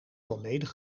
volledig